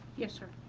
yes sir.